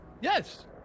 Yes